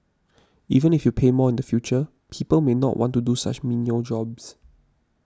even if you pay more in the future people may not want to do such menial jobs